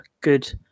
good